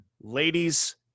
ladies